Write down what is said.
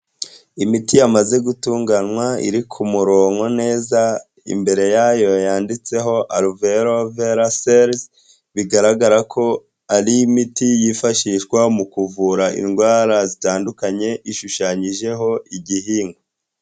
Imiti yamaze gutunganywa iri ku murongonko neza, imbere yayo yanditseho aruveroveraserizi, bigaragara ko ari imiti yifashishwa mu kuvura indwara zitandukanye ishushanyijeho igihingwa.